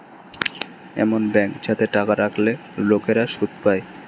এমন ব্যাঙ্ক যাতে টাকা রাখলে লোকেরা সুদ পায়